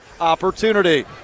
opportunity